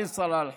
עלי סלאלחה,